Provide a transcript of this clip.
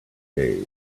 days